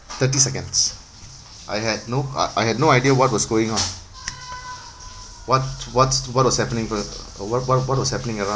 thirty seconds I had no I I had no idea what was going on what what's what was happening for what what what was happening around